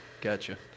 gotcha